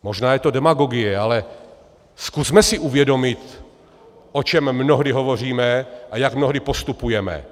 Možná je to demagogie, ale zkusme si uvědomit, o čem mnohdy hovoříme a jak mnohdy postupujeme.